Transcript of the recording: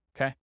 okay